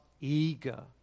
eager